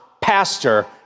pastor